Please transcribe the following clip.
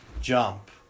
jump